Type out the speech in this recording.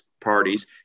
parties